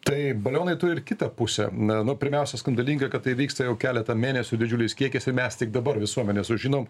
tai balionai turi ir kitą pusę na nu pirmiausia skandalinga kad tai vyksta jau keletą mėnesių didžiuliais kiekiais ir mes tik dabar visuomenė sužinom